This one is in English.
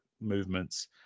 movements